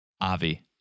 Avi